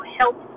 help